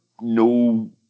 no